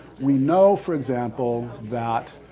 we know, for example, that